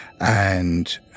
and